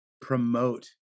promote